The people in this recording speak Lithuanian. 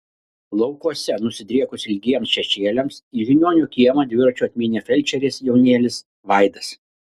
laukuose nusidriekus ilgiems šešėliams į žiniuonio kiemą dviračiu atmynė felčerės jaunėlis vaidas